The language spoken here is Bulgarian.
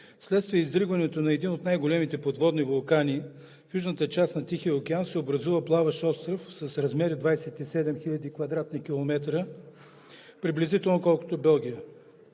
следствие изригването на един от най големите подводни вулкани в южната част на Тихия океан, се образува плаващ остров с размери 27 хил. кв. км, приблизително колкото Белгия.